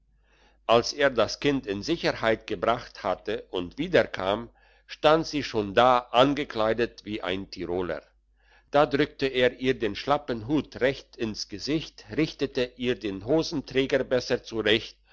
als er das kind in sicherheit gebracht hatte und wieder kam stand sie schon da angekleidet wie ein tiroler da drückte er ihr den schlappen hut recht ins gesicht richtete ihr den hosenträger besser zurecht